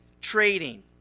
trading